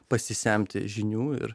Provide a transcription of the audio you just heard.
pasisemti žinių ir